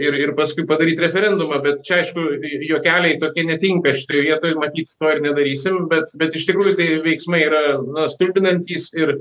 ir ir paskui padaryt referendumą bet čia aišku juokeliai tokie netinka šitoj vietoj matyt to ir nedarysim bet bet iš tikrųjų veiksmai yra stulbinantys ir